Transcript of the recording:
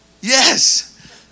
Yes